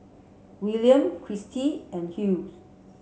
William Kristi and Hughes